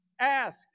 Ask